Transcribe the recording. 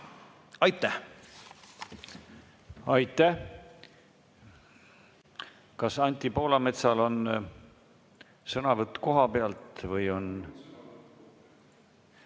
Palun! Aitäh! Kas Anti Poolametsal on sõnavõtt kohapealt või on ...